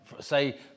say